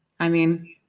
i mean,